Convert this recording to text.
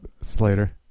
Slater